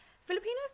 Filipinos